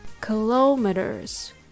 kilometers